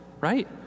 right